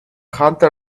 hunter